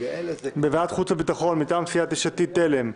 בוועדת החוץ והביטחון, מטעם סיעת יש עתיד-תל"ם,